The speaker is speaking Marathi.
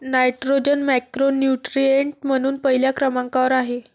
नायट्रोजन मॅक्रोन्यूट्रिएंट म्हणून पहिल्या क्रमांकावर आहे